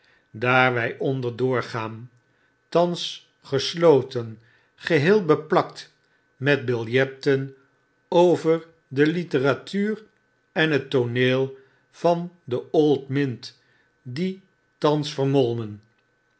wy onder doorgaan thans gesloten geheel beplakt met biljetten over de literatuur en het tooneel van de old mint die thans vermolmen